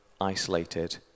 isolated